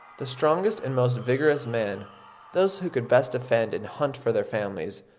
the strongest and most vigorous men those who could best defend and hunt for their families,